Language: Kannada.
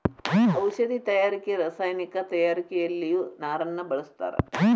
ಔಷದಿ ತಯಾರಿಕೆ ರಸಾಯನಿಕ ತಯಾರಿಕೆಯಲ್ಲಿಯು ನಾರನ್ನ ಬಳಸ್ತಾರ